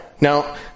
Now